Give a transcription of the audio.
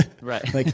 Right